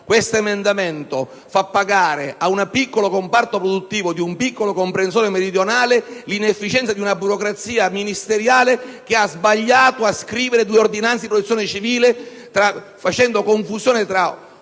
Questo emendamento fa pagare ad un piccolo comparto produttivo di un piccolo comprensorio meridionale l'inefficienza di una burocrazia ministeriale che ha sbagliato a scrivere due ordinanze di protezione civile facendo confusione tra